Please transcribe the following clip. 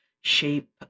shape